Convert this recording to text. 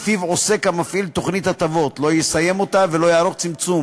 שלפיו עוסק המפעיל תוכנית הטבות לא יסיים אותה ולא יערוך צמצום